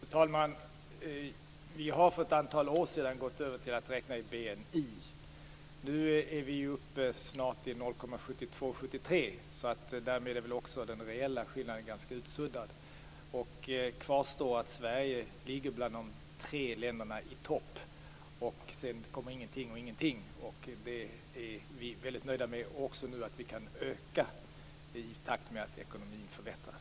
Fru talman! Vi gick för ett antal år sedan över till att räkna i BNI. Vi är snart uppe i 0,72-0,73. Därmed är den reella skillnaden utsuddad. Kvar står att Sverige är bland de tre länderna i topp. Därefter kommer ingenting och ingenting. Det är vi nöjda med. Nu kan vi höja siffran i takt med att vår ekonomi förbättras.